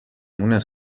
مونس